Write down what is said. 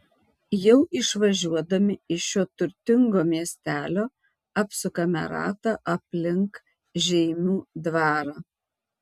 jau išvažiuodami iš šio turtingo miestelio apsukame ratą aplink žeimių dvarą